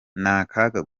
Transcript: n’akaga